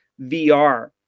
VR